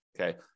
Okay